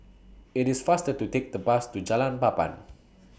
IT IS faster to Take The Bus to Jalan Papan